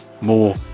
more